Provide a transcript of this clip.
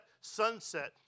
sunset